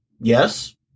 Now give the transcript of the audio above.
Yes